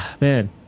Man